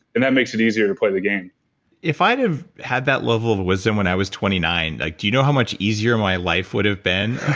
and that makes it easier to play the game if i'd have had that level wisdom when i was twenty nine, like do you know how much easier my life would have been.